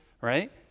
right